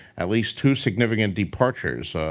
at least two significant departures.